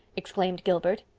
exclaimed gilbert.